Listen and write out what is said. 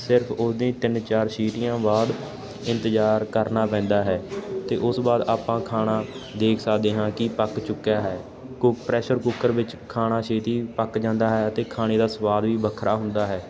ਸਿਰਫ ਉਹਦੇ ਤਿੰਨ ਚਾਰ ਸੀਟੀਆਂ ਬਾਅਦ ਇੰਤਜ਼ਾਰ ਕਰਨਾ ਪੈਂਦਾ ਹੈ ਅਤੇ ਉਸ ਬਾਅਦ ਆਪਾਂ ਖਾਣਾ ਦੇਖ ਸਕਦੇ ਹਾਂ ਕਿ ਪੱਕ ਚੁੱਕਿਆ ਹੈ ਕੁ ਪ੍ਰੈਸ਼ਰ ਕੁੱਕਰ ਵਿੱਚ ਖਾਣਾ ਛੇਤੀ ਪੱਕ ਜਾਂਦਾ ਹੈ ਅਤੇ ਖਾਣੇ ਦਾ ਸਵਾਦ ਵੀ ਵੱਖਰਾ ਹੁੰਦਾ ਹੈ